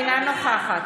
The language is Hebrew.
נא לשבת.